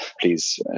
please